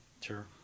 Sure